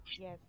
Yes